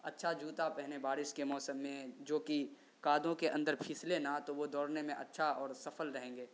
اچھا جوتا پہنیں بارش کے موسم میں جو کہ کادوں کے اندر پھسلے نہ تو وہ دوڑنے میں اچھا اور سفل رہیں گے